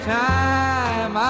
time